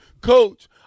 Coach